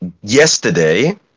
yesterday